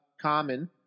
Common